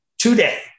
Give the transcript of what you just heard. Today